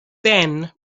then